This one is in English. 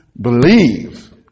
believe